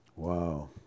Wow